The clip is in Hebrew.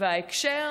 וההקשר